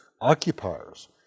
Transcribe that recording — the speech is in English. occupiers